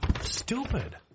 stupid